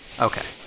Okay